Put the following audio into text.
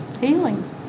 healing